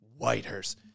Whitehurst